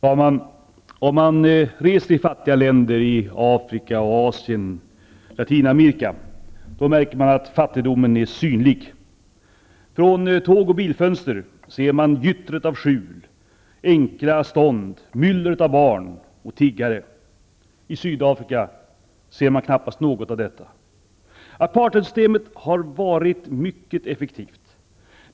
Herr talman! Om man reser i fattiga länder i Afrika, Asien och Latinamerika, märker man att fattigdomen är synlig. Från tåg och bilfönster ser man gyttret av skjul, enkla stånd, myllret av barn och tiggare. I Sydafrika ser man knappast något av detta. Apartheidsystemet har varit mycket effektivt.